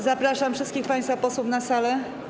Zapraszam wszystkich państwa posłów na salę.